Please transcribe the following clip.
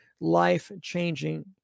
life-changing